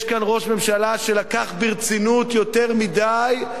יש כאן ראש ממשלה שלקח ברצינות, יותר מדי,